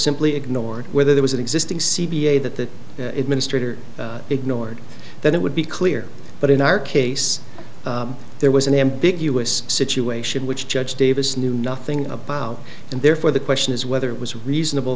simply ignored whether there was an existing c v a that the administrator ignored that it would be clear but in our case there was an ambiguous situation which judge davis knew nothing about and therefore the question is whether it was reasonable